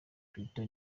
twitter